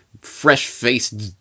fresh-faced